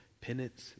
penance